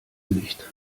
nicht